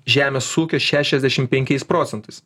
žemės ūkyje šešiasdešimt penkiais procentais